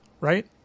Right